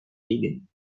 vegan